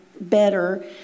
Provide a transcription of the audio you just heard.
better